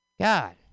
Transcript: God